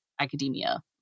academia